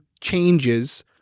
changes